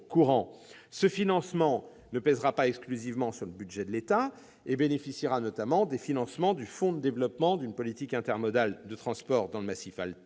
Ce financement ne pèsera pas exclusivement sur le budget de l'État ; on aura également recours aux crédits du Fonds de développement d'une politique intermodale des transports dans le massif alpin,